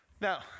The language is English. Now